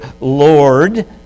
Lord